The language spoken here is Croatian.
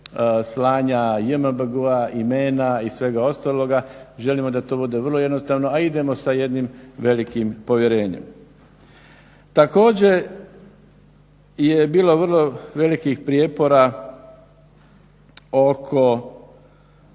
slanja JMBG-a, imena i svega ostaloga. Želimo da to bude vrlo jednostavno, a idemo sa jednim velikim povjerenjem. Također je bilo vrlo velikih prijepora oko